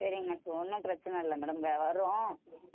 சரிங்க ஒன்றும் பிரச்சனை இல்லை மேடம் வேற வரும்